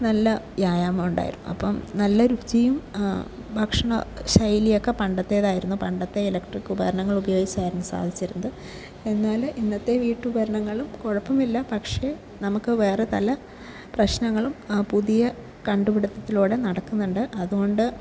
നല്ല വ്യായാമമുണ്ടായിരുന്നു അപ്പം നല്ല രുചിയും ഭക്ഷണ ശൈലിയൊക്കെ പണ്ടത്തേതായിരുന്നു പണ്ടത്തെ ഇലക്ട്രിക്ക് ഉപകരണങ്ങളുപയോഗിച്ചായിരുന്നു സാധിച്ചിരുന്നത് എന്നാൽ ഇന്നത്തെ വീട്ടുപകരണങ്ങളും കുഴപ്പമില്ല പക്ഷേ നമുക്ക് വേറെ പല പ്രശ്നങ്ങളും ആ പുതിയ കണ്ടുപിടുത്തത്തിലൂടെ നടക്കുന്നുണ്ട് അതുകൊണ്ട്